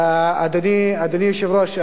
אדוני היושב-ראש,